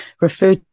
refer